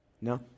No